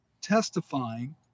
testifying